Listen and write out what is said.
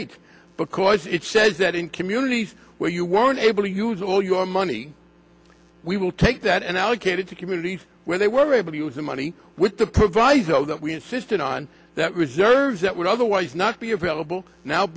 eight because it says that in communities where you weren't able to use all your money we will take that and allocated to communities where they were able to use the money with the proviso that we insisted on that reserves that would otherwise not be available now